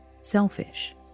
selfish